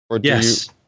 Yes